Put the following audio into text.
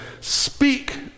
speak